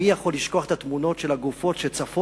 מי יכול לשכוח את תמונות הגופות שצפות,